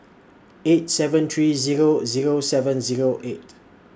eight seven three Zero Zero seven Zero eight